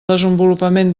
desenvolupament